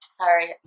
sorry